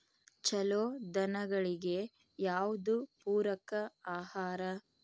ಛಲೋ ದನಗಳಿಗೆ ಯಾವ್ದು ಪೂರಕ ಆಹಾರ?